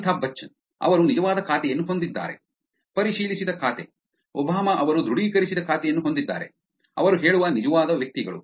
ಅಮಿತಾಬ್ ಬಚ್ಚನ್ ಅವರು ನಿಜವಾದ ಖಾತೆಯನ್ನು ಹೊಂದಿದ್ದಾರೆ ಪರಿಶೀಲಿಸಿದ ಖಾತೆ ಒಬಾಮಾ ಅವರು ದೃಢೀಕರಿಸಿದ ಖಾತೆಯನ್ನು ಹೊಂದಿದ್ದಾರೆ ಅವರು ಹೇಳುವ ನಿಜವಾದ ವ್ಯಕ್ತಿಗಳು